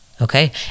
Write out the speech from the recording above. okay